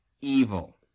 evil